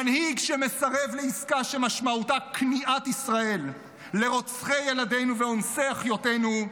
מנהיג שמסרב לעסקה שמשמעותה כניעת ישראל לרוצחי ילדינו ואונסי אחיותינו,